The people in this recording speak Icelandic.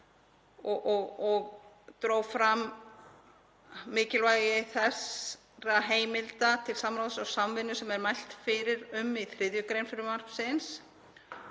og dró fram mikilvægi heimilda til samráðs og samvinnu sem er mælt fyrir um í 3. gr. frumvarpsins